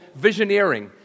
Visioneering